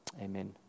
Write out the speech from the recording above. Amen